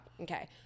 Okay